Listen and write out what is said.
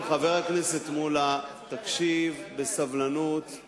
קודם כול, חבר הכנסת מולה, תקשיב בסבלנות.